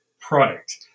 product